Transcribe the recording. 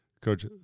Coach